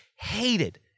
hated